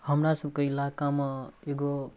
हमरासभके इलाकामे एगो